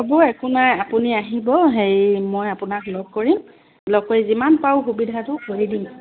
হ'ব একো নাই আপুনি আহিব হেৰি মই আপোনাক লগ কৰিম লগ কৰি যিমান পাৰোঁ সুবিধাটো কৰি দিম